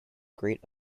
great